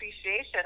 appreciation